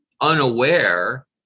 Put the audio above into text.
unaware